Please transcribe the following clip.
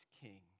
King